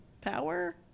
power